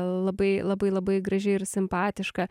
labai labai labai graži ir simpatiška